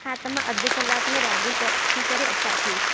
हा त मां अधि कलाकु में रैडी क थिए थी करे अचा थी